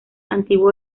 antiguo